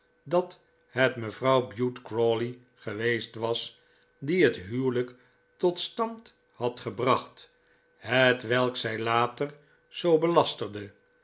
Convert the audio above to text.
dat het mevrouw bute crawley geweest was die het huwelijk tot stand had gebracht hetwelk zij later zoo belasterde